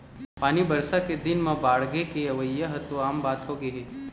पानी बरसा के दिन म बाड़गे के अवइ ह तो आम बात होगे हे